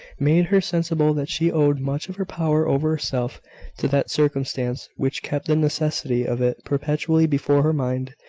made her sensible that she owed much of her power over herself to that circumstance which kept the necessity of it perpetually before her mind.